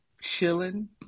chilling